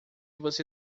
você